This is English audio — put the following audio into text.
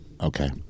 Okay